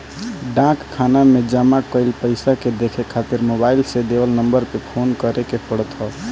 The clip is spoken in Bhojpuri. डाक खाना में जमा कईल पईसा के देखे खातिर मोबाईल से देवल नंबर पे फोन करे के पड़त ह